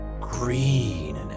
Green